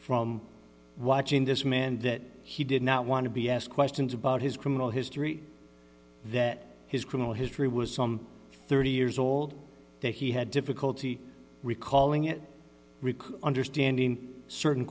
from watching this man that he did not want to be asked questions about his criminal history that his criminal history was some thirty years old that he had difficulty recalling it understanding certain